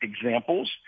examples